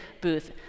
booth